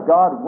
God